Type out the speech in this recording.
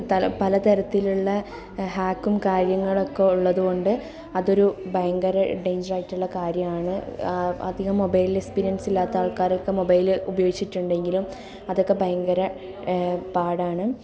തല പലതരത്തിലുള്ള ഹാക്കും കാര്യങ്ങളൊക്കെ ഉള്ളതുകൊണ്ട് അതൊരു ഭയങ്കര ഡേൻജറായിട്ടുള്ള കാര്യമാണ് ആ അധികം മൊബൈൽ എക്സ്പീരിയൻസ് ഇല്ലാത്ത ആൾക്കാരൊക്കെ മൊബൈല് ഉപയോഗിച്ചിട്ടുണ്ടെങ്കിലും അതൊക്കെ ഭയങ്കര പാടാണ്